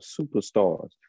superstars